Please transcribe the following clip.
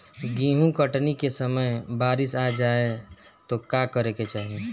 गेहुँ कटनी के समय बारीस आ जाए तो का करे के चाही?